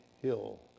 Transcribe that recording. Hill